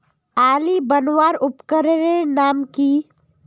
आली बनवार उपकरनेर नाम की?